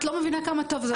את לא מבינה כמה טוב זה עושה.